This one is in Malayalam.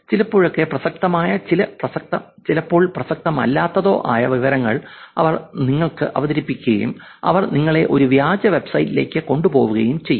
ചിലപ്പോഴൊക്കെ പ്രസക്തമായതോ ചിലപ്പോൾ പ്രസക്തമല്ലാത്തതോ ആയ വിവരങ്ങൾ അവർ നിങ്ങൾക്ക് അവതരിപ്പിക്കുകയും അവർ നിങ്ങളെ ഒരു വ്യാജ വെബ്സൈറ്റിലേക്ക് കൊണ്ടുപോകുകയും ചെയ്യും